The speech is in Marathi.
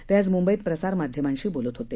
ते आज मुंबईत प्रसार माध्यमांशी बोलत होते